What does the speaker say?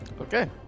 okay